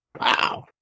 wow